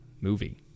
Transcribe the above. movie